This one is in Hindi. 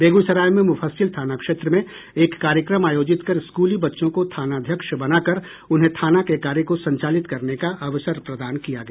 बेगूसराय में मुफसिल थाना क्षेत्र में एक कार्यक्रम आयोजित कर स्कूली बच्चों को थाना अध्यक्ष बनाकर उन्हें थाना के कार्य को संचालित करने का अवसर प्रदान किया गया